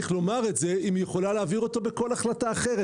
לומר את זה אם היא יכולה להעביר אותו בכול החלטה אחרת?